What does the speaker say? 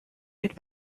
good